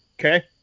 Okay